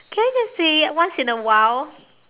can I just say once in a while